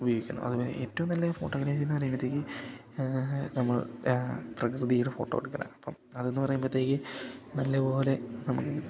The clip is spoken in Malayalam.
ഉപയോഗിക്കുന്നു അത് പോലെ ഏറ്റവും നല്ല ഫോഗ്രാഫീ എന്ന് പറയുമ്പോഴത്തേക്ക് നമ്മൾ പ്രകൃതിയുടെ ഫോട്ടോ എടുക്കലാണ് അപ്പം അതെന്ന് പറയുമ്പോഴത്തേക്ക് നല്ല പോലെ നമുക്ക് കിട്ടും